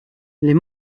les